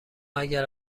اگر